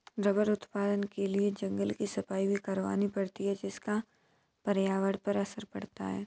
rubber उत्पादन के लिए जंगल की सफाई भी करवानी पड़ती है जिसका पर्यावरण पर असर पड़ता है